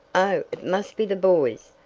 oh, it must be the boys,